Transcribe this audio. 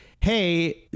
hey